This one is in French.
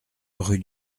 rue